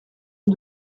rue